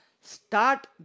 start